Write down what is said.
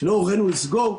שלא הורנו לסגור,